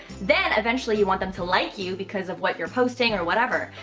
then eventually you want them to like you because of what you're posting or whatever.